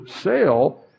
sale